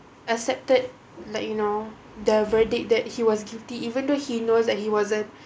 accepted like you know the verdict that he was guilty even though he knows that he wasn't